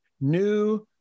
new